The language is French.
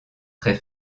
très